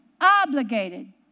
obligated